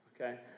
okay